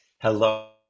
Hello